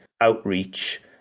outreach